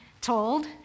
told